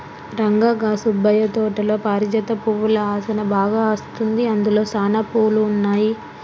రంగా గా సుబ్బయ్య తోటలో పారిజాత పువ్వుల ఆసనా బాగా అస్తుంది, అందులో సానా పువ్వులు ఉన్నాయి